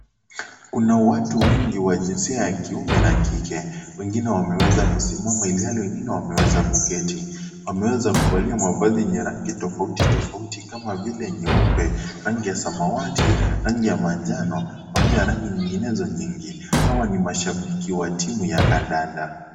Kuna watu wengi wa jinsia ya kiume na kike. Wengine wameweza kusimama ilhali wengine wameweza kuketi. Wameweza kuvalia mavazi yenye rangi tofauti tofauti kama vile, nyeupe, rangi ya samawati, rangi ya manjano, pamoja na rangi nyinginezo nyingi. Hawa ni mashabiki wa timu ya kandanda.